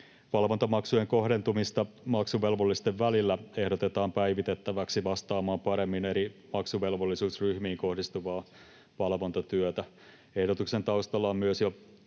Valvontamaksujen kohdentamista maksuvelvollisten välillä ehdotetaan päivitettäväksi vastaamaan paremmin eri maksuvelvollisuusryhmiin kohdistuvaa valvontatyötä. Ehdotuksen taustalla on myös jo